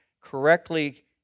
correctly